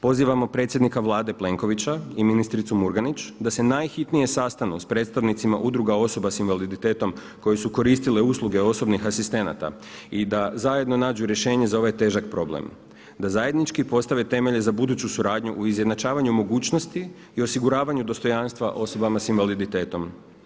Pozivamo predsjednika Vlade Plenkovića i ministricu Murganić da se najhitnije sastanu sa predstavnicima udruga osoba sa invaliditetom koje su koristile usluge osobnih asistenata i da zajedno nađu rješenje za ovaj težak problem, da zajednički postave temelje za buduću suradnju u izjednačavanju mogućnosti i osiguravanju dostojanstva osobama sa invaliditetom.